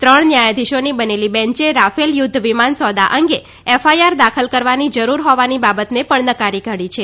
ત્રણ ન્યાયાધીશોની બનેલી બેન્ચે રાફેલ યુધ્ધ વિમાન સોદા અંગે એફઆઈઆર દાખલ કરવાની જરૂર હોવાની બાબતને પણ નકારી કાઢી છે